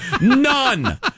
None